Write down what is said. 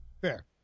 Fair